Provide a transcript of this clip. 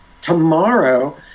Tomorrow